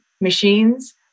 Machines